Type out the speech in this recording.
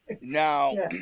Now